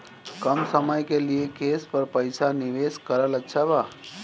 कम समय के लिए केस पर पईसा निवेश करल अच्छा बा?